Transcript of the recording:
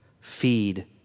Feed